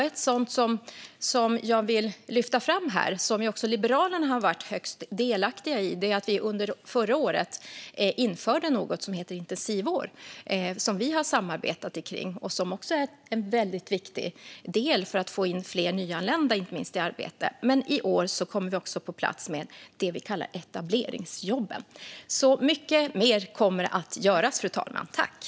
Ett sådant som jag vill lyfta fram här, och som Liberalerna har varit högst delaktiga i, är att vi under förra året införde något som heter intensivår som vi har samarbetat om. Det är också en väldigt viktig del för att inte minst få in fler nyanlända i arbete. I år kommer vi också på plats med det vi kallar etableringsjobben. Mycket mer kommer att göras, fru talman.